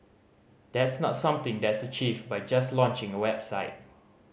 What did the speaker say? that's not something that's achieved by just launching a website